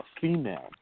female